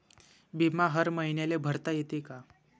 बिमा हर मईन्याले भरता येते का?